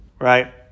right